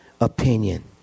opinion